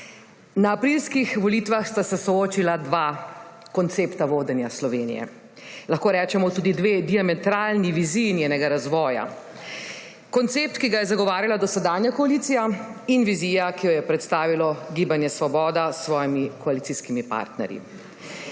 Na aprilskih volitvah sta se soočila dva koncepta vodenja Slovenije, lahko rečemo tudi dve diametralni viziji njenega razvoja. Koncept, ki ga je zagovarjala dosedanja koalicija, in vizija, ki jo je predstavilo Gibanje Svoboda s svojimi koalicijskimi partnerji.